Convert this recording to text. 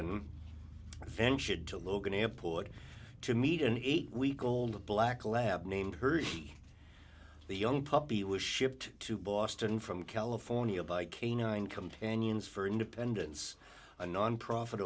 n ventured to logan airport to meet an eight week old black lab named her the young puppy was shipped to boston from california by canine companions for independence a nonprofit